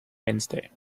wednesday